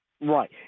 Right